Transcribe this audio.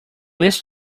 least